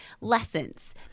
lessons